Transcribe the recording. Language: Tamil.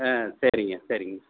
ஆ சரிங்க சரிங்க